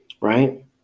right